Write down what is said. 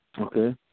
Okay